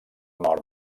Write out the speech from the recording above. nord